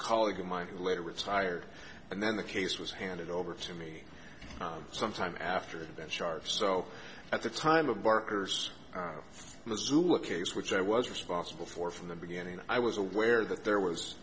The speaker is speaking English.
colleague of mine who later retired and then the case was handed over to me some time after that charge so at the time of barker's masooma case which i was responsible for from the beginning i was aware that there was